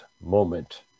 moment